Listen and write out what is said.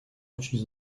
очень